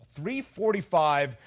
345